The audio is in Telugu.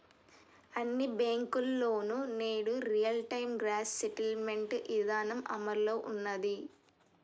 అన్ని బ్యేంకుల్లోనూ నేడు రియల్ టైం గ్రాస్ సెటిల్మెంట్ ఇదానం అమల్లో ఉన్నాది